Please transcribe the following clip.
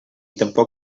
tampoc